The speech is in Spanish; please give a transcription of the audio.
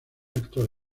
actor